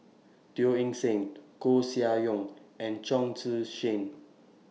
Teo Eng Seng Koeh Sia Yong and Chong Tze Chien